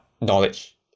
knowledge